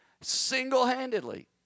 single-handedly